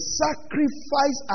sacrifice